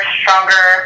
stronger